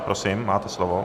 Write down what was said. Prosím, máte slovo.